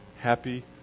happy